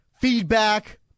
feedback